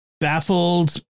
baffled